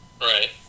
Right